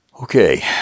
Okay